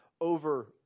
over